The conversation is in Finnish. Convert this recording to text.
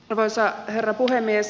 arvoisa herra puhemies